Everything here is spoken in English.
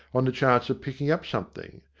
on the chance of picking up something.